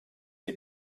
die